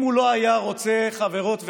אם הוא לא היה רוצה, חברות וחברים,